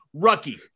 Rucky